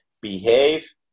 behave